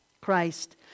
Christ